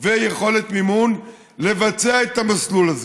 ביכולת מימון לבצע את המסלול הזה.